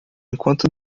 enquanto